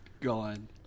gone